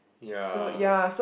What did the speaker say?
yeah